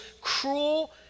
cruel